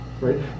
right